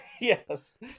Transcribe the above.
Yes